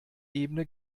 ebene